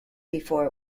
before